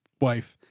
wife